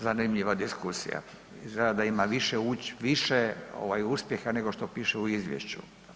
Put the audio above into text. Zanimljiva diskusija, izgleda da ima više uspjeha nego što piše u izvješću.